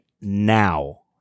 now